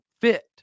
fit